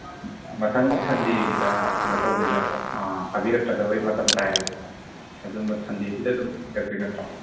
ꯃꯊꯪ ꯁꯟꯗꯦꯒꯤꯗ ꯀꯩꯅꯣ ꯇꯧꯗꯣꯏ ꯅꯠꯇ꯭ꯔꯣ ꯊꯥꯕꯤꯔꯛꯀꯗꯕꯒꯤ ꯃꯇꯝ ꯇꯥꯏ ꯍꯥꯏꯕꯀꯣ ꯑꯗꯨꯝ ꯁꯟꯗꯦꯁꯤꯗ ꯑꯗꯨꯝ ꯊꯥꯕꯤꯔꯛꯇꯣꯏ ꯅꯠꯇ꯭ꯔꯣ